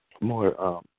more